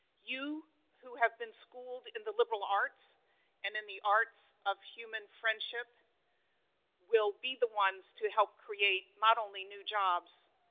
you who have been schooled in the liberal arts and in the arts of human friendship will be the ones to help create, not only new jobs,